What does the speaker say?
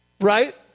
right